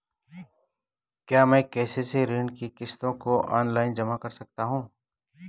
क्या मैं के.सी.सी ऋण की किश्तों को ऑनलाइन जमा कर सकता हूँ?